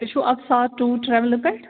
تُہۍ چھُِو اکسا ٹیٛوٗر ٹریولہٕ پٮ۪ٹھ